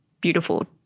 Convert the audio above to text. beautiful